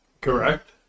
Correct